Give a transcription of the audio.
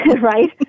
Right